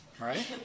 right